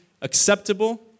acceptable